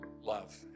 love